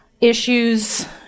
issues